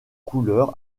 couleur